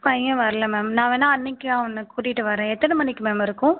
பையன் வரல மேம் நான் அன்றைக்கி அவனை கூட்டிக்கிட்டு வரறேன் எத்தனை மணிக்கு மேம் இருக்கும்